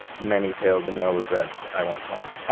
many tales and no regrets, i went home. i